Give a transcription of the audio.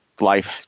life